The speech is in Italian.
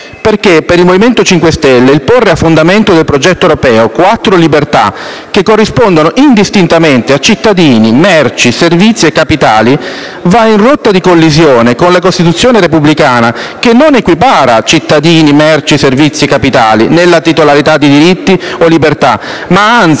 Perché per il Movimento 5 Stelle il porre a fondamento del progetto europeo quattro libertà, che corrispondono indistintamente a cittadini, merci, servizi e capitali, va in rotta di collisione con la Costituzione repubblicana, che non equipara cittadini, merci, servizi e capitali nella titolarità di diritti o libertà, ma anzi